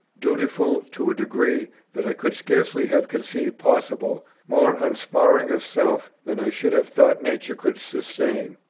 dutiful, to a degree that i could scarcely have conceived possible, more unsparing of self than i should have thought nature could sustain.